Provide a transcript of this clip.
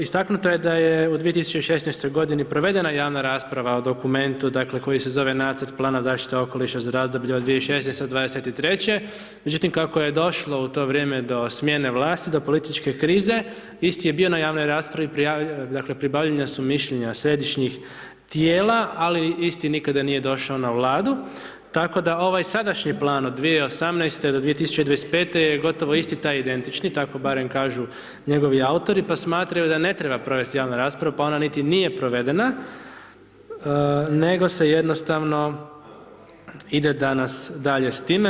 Istaknuto je da je u 2016. provedena javna rasprava o dokumentu koji se zove Nacrt plana zaštite okoliša za razdoblje od 2016. do 2023. međutim kako je došlo u to vrijeme do smjene vlasti, do političke krize, isti je bio na javnoj raspravi, dakle pribavljena su mišljenja središnjih tijela ali isti nikada nije došao na Vladu tako da ovaj sadašnji plan u 2018. do 2025. je gotovo isti taj identični, tako barem kažu njegovi autori pa smatraju da ne treba provesti javnu raspravu pa ona niti nije provedena nego se jednostavno ide danas dalje s time.